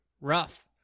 rough